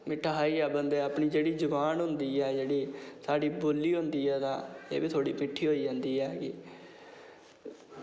मिट्ठा खाइयै बंदे दी जेह्की जुबान होंदी ऐ अपनी जेह्ड़ी साढ़ी बोल्ली होंदी तां एह्बी मिट्ठी होई जंदी ऐ